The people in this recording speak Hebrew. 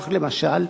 למשל,